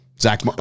Zach